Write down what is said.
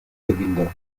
gewinde